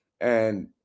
And-